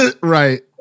right